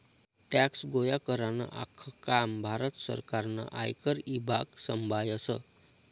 tax गोया करानं आख्खं काम भारत सरकारनं आयकर ईभाग संभायस